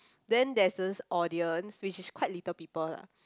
then there's this audience which is quite little people lah